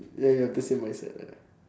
yeah we've the same mindset ya